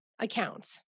Accounts